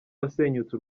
wasenyutse